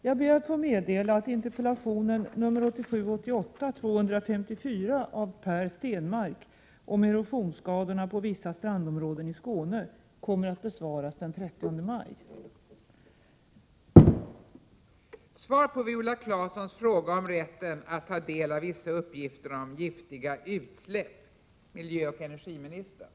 Jag ber att få meddela att interpellation 1987/88:254 av Per pellödoräsvar Stenmarck om erosionsskadorna på vissa strandområden i Skåne inte kommer att besvaras inom föreskriven tid på grund av arbetsbelastning. Interpellationen kommer att besvaras den 30 maj. Omtätten ali rä delav vissa uppgifter om giftiga utsläpp